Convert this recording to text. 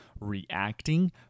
reacting